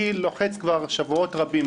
אני לוחץ כבר שבועות רבים,